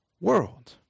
world